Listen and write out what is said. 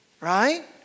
Right